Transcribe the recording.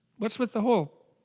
what's with the whole